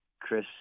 Chris